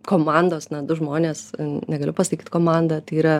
komandos na du žmonės negaliu pasakyt komanda tai yra